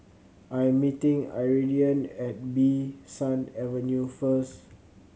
I am meeting Iridian at Bee San Avenue first